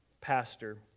pastor